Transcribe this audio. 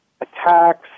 attacks